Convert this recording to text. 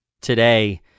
Today